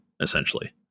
essentially